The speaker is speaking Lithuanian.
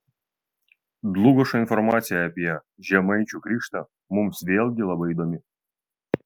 dlugošo informacija apie žemaičių krikštą mums vėlgi labai įdomi